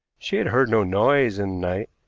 she had heard no noise in night.